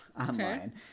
online